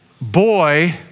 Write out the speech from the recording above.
boy